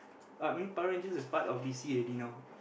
I mean Power-Rangers is part of d_c already know